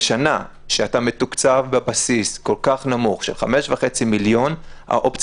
בשנה שאתה מתוקצב בבסיס כל כך נמוך של 5.5 מיליון האופציה